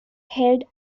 held